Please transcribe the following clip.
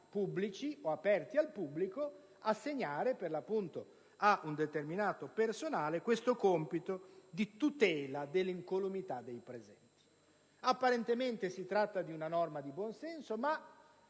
pubblici o aperti al pubblico assegnare, per l'appunto, ad un determinato personale il compito di tutelare l'incolumità dei presenti. Apparentemente si tratta di una norma di buon senso, ma